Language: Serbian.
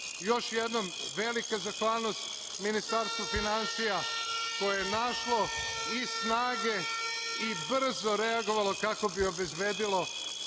jednom, velika zahvalnost Ministarstvu finansija, koje je našlo i snage i brzo reagovalo kako bi obezbedilo